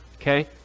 Okay